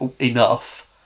enough